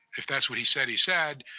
if that's what he said he said,